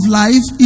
life